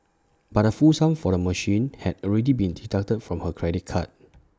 but the full sum for the machine had already been deducted from her credit card